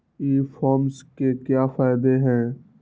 E commerce के क्या फायदे हैं?